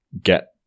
get